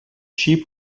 sheep